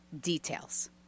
details